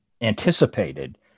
anticipated